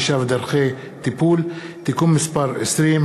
ענישה ודרכי טיפול) (תיקון מס' 20),